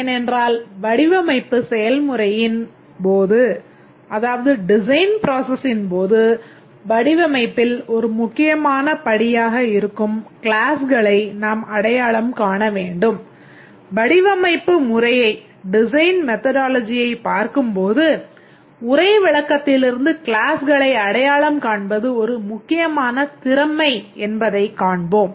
ஏனென்றால் வடிவமைப்பு செயல்முறையின் பார்க்கும்போது உரை விளக்கத்திலிருந்து க்ளாஸ்களை அடையாளம் காண்பது ஒரு முக்கியமான திறமை என்பதைக் காண்போம்